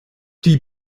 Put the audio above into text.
die